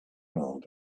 around